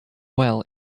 well